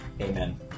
Amen